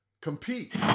compete